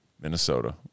Minnesota